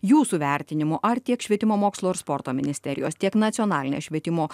jūsų vertinimu ar tiek švietimo mokslo ir sporto ministerijos tiek nacionalinės švietimo